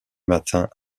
matin